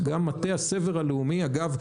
אגב,